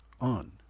on